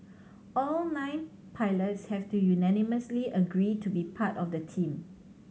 all nine pilots have to unanimously agree to be part of the team